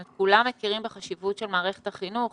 זאת אומרת כולם מכירים בחשיבות של מערכת החינוך.